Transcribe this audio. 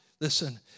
Listen